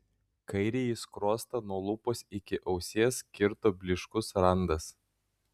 kairįjį skruostą nuo lūpos iki ausies kirto blyškus randas